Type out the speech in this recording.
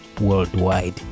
worldwide